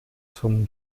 zum